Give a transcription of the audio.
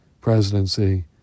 presidency